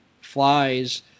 flies